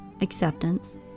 acceptance